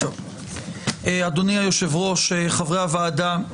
אדוני היושב-ראש, חברי הוועדה.